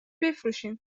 بفروشین